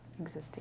existing